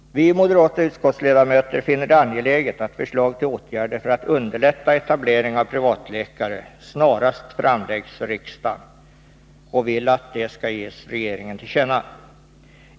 Vi moderata utskottsledamöter finner det angeläget att förslag till åtgärder för att underlätta etablering av privatläkare snarast framläggs för riksdagen, och vi vill att detta ges regeringen till känna.